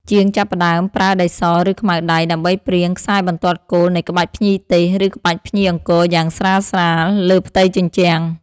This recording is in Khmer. ជាងចាប់ផ្ដើមប្រើដីស ឬខ្មៅដៃដើម្បីព្រាងខ្សែបន្ទាត់គោលនៃក្បាច់ភ្ញីទេស ឬក្បាច់ភ្ញីអង្គរយ៉ាងស្រាលៗលើផ្ទៃជញ្ជាំង។